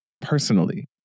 personally